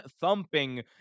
thumping